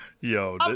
yo